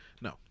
No